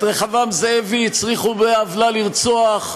את רחבעם זאבי הצליחו בני עוולה לרצוח,